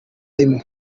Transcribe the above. rimwe